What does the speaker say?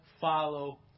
follow